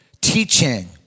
teaching